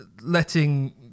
letting